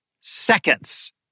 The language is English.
seconds